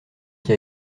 qui